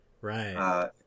right